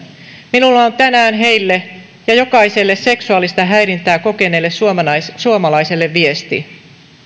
minulla on tänään heille ja jokaiselle seksuaalista häirintää kokeneelle suomalaiselle suomalaiselle viesti